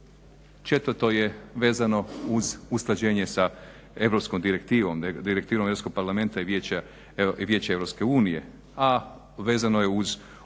4.je vezano uz usklađenje sa europskom direktivom, Direktivom EU parlamenta i Vijeća EU, a vezano je uz uvođenje